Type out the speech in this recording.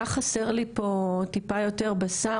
היה חסר לי פה טיפה יותר בשר,